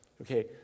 Okay